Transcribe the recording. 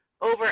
over